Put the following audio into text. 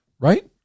Right